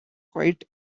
quite